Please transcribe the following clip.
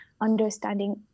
understanding